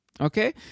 Okay